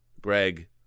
Greg